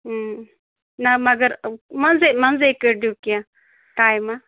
نہ مگر منٛزٕے منٛزٕے کٔڑِو کینٛہہ ٹایمہ